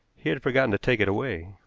he had forgotten to take it away.